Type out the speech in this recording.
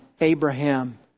Abraham